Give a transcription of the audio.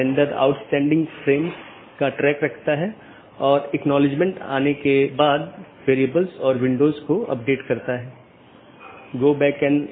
यदि हम अलग अलग कार्यात्मकताओं को देखें तो BGP कनेक्शन की शुरुआत और पुष्टि करना एक कार्यात्मकता है